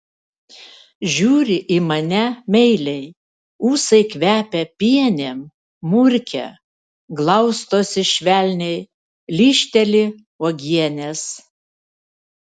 žiūri į mane meiliai ūsai kvepia pienėm murkia glaustosi švelniai lyžteli uogienės